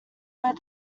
were